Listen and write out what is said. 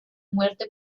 muerte